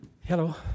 Hello